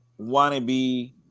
wannabe